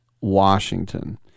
Washington